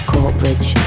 Courtbridge